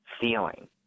feeling